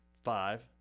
Five